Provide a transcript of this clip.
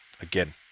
again